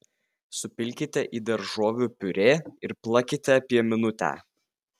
supilkite į daržovių piurė ir plakite apie minutę